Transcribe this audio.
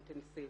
אינטנסיבית,